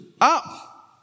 up